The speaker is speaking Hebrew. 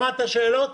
שמעת את השאלות?